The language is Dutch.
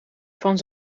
van